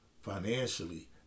financially